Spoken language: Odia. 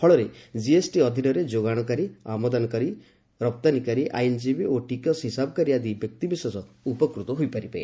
ଫଳରେ କିଏସ୍ଟି ଅଧୀନରେ ଯୋଗାଶକାରୀ ଆମଦାନୀକାରୀ ରପ୍ତାନିକାରୀ ଆଇନଜୀବୀ ଓ ଟିକସ ହିସାବକାରୀ ଆଦି ବ୍ୟକ୍ତିବିଶେଷ ଉପକୃତ ହୋଇପାରିବେ